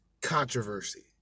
controversy